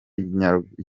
ikinyarwanda